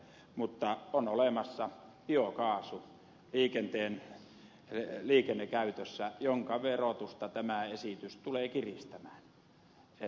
mutta on olemassa biokaasu liikennekäytössä jonka verotusta tämä esitys tulee kiristämään